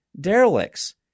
derelicts